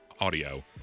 audio